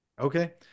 Okay